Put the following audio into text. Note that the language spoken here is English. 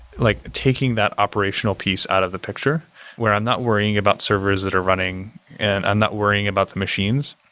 like taking that operation ah piece out of the picture where i'm not worrying about servers that are running and i'm not worrying about the machines.